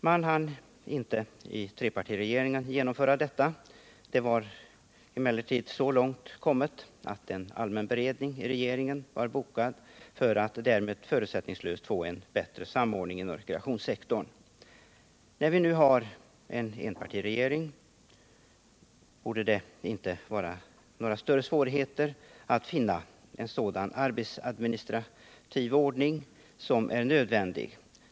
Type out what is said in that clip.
Trepartiregeringen hann inte genomföra detta, men frågan var så långt kommen att en allmän beredning inom regeringen var bokad i syfte att förutsättningslöst diskutera en bättre samordning inom rekreationssektorn. När vi nu har en enpartiregering borde det inte vara några större svårigheter att komma fram till den arbetsadministrativa ordning som är nödvändig.